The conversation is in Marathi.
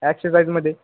ॲक्शिसाईजमध्ये